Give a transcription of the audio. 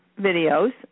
videos